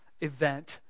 event